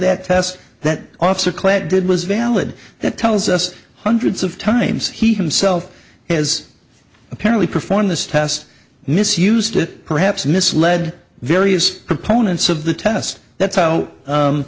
that test that officer class did was valid that tells us hundreds of times he himself has apparently performed this test misused it perhaps misled various components of the test that's how